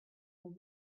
vingt